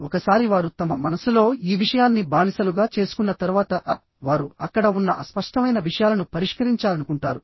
ఒకసారి వారు తమ మనస్సులో ఈ విషయాన్ని బానిసలుగా చేసుకున్న తర్వాత వారు అక్కడ ఉన్న అస్పష్టమైన విషయాలను పరిష్కరించాలనుకుంటారు